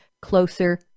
closer